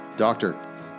Doctor